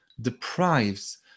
deprives